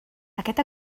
aquest